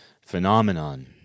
phenomenon